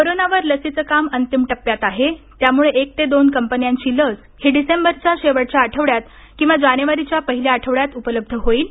कोरोनावर लसीच काम अंतिम टप्प्यात आहे त्यामुळे एक ते दोन कंपन्यांची लस ही डिसेंबरच्या शेवटच्या आठवड्यात किंवा जानेवारीच्या पहिल्या आठवड्यात उपलब्ध होईल